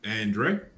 Andre